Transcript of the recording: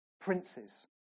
princes